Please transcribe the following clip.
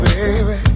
baby